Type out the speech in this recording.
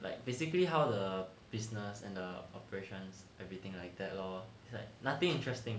like basically how the business and the operations everything like that lor it's like nothing interesting